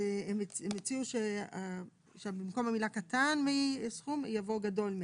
הציעו שבמקום המילה "קטן מסכום" יבוא "גדול מהסכום".